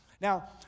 Now